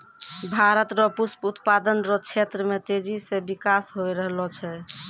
भारत रो पुष्प उत्पादन रो क्षेत्र मे तेजी से बिकास होय रहलो छै